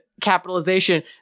capitalization